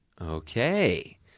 Okay